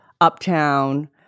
Uptown